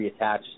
reattach